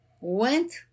went